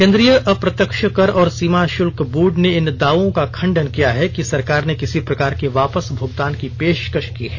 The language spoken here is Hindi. केन्द्रीय अप्रत्यक्ष कर और सीमा शुल्क बोर्ड ने इन दावों का खंडन किया है कि सरकार ने किसी प्रकार के वापस भुगतान की पेशकश की है